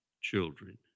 children